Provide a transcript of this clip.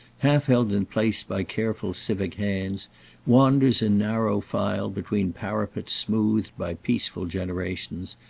half held in place by careful civic hands wanders in narrow file between parapets smoothed by peaceful generations,